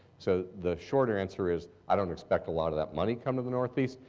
so the short answer is i don't expect a lot of that money coming to the northeast.